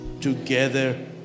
together